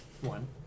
One